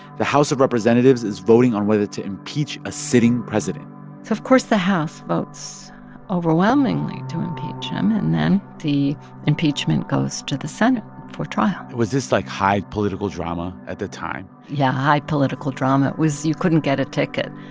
the house of representatives is voting on whether to impeach a sitting president course the house votes overwhelmingly to impeach him. and then the impeachment goes to the senate for trial was this, like, high political drama at the time? yeah, high political drama it was you couldn't get a ticket.